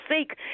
seek